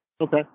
Okay